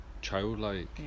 childlike